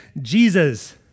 Jesus